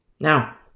Now